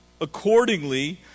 accordingly